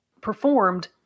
performed